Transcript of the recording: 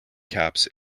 caps